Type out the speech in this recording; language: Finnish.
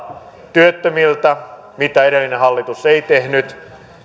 työttömiltä mitä edellinen hallitus ei tehnyt